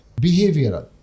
Behavioral